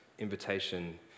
Invitation